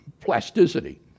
plasticity